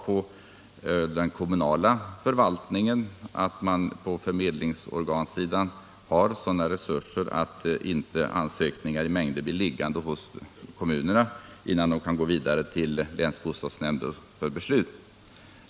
På den kommunala förvaltningen ställs kravet att man på förmedlingsorganssidan har sådana resurser att ansökningar i mängder inte blir liggande hos de kommunala myndigheterna, innan ärendena kan gå vidare till länsbostadsnämnden för beslut.